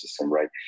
right